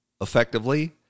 effectively